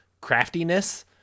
craftiness